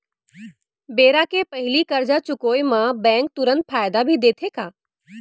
बेरा के पहिली करजा चुकोय म बैंक तुरंत फायदा भी देथे का?